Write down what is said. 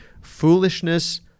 Foolishness